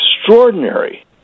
extraordinary